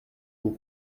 vous